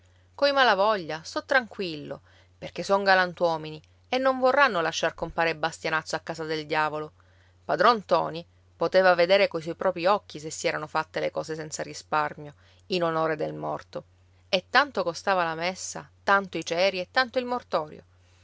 coi malavoglia sto tranquillo perché son galantuomini e non vorranno lasciar compare bastianazzo a casa del diavolo padron ntoni poteva vedere coi suoi propri occhi se si erano fatte le cose senza risparmio in onore del morto e tanto costava la messa tanto i ceri e tanto il mortorio